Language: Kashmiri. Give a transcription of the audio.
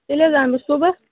تیٚلہِ حظ اَنہٕ بہٕ صُبحَس